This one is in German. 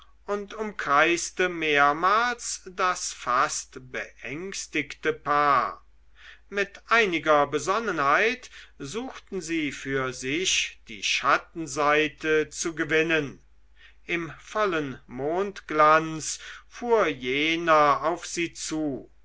und umkreiste mehrmals das fast beängstigte paar mit einiger besonnenheit suchten sie für sich die schattenseite zu gewinnen im vollen mondglanz fuhr jener auf sie zu